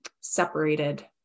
separated